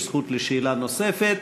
יש זכות לשאלה נוספת,